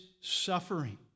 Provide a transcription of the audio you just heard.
suffering